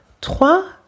Trois